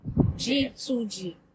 G2G